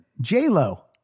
J-Lo